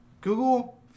Google